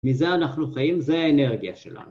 מזה אנחנו חיים, זה האנרגיה שלנו.